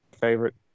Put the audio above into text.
favorite